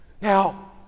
Now